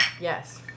Yes